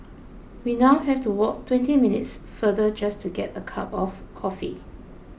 we now have to walk twenty minutes farther just to get a cup of coffee